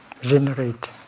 generate